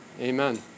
Amen